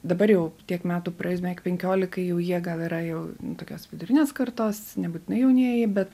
dabar jau tiek metų praėjus beveik penkiolikai jau jie gal yra jau tokios vidurinės kartos nebūtinai jaunieji bet